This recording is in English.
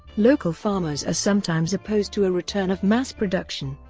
local farmers are sometimes opposed to a return of mass production,